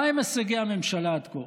מהם הישגי הממשלה עד כה?